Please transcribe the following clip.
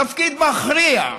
תפקיד מכריע,